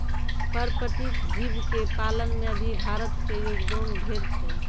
पर्पटीय जीव के पालन में भी भारत के योगदान ढेर छै